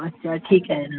अच्छा ठीक आहे ना